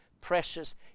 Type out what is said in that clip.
precious